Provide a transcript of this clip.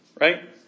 right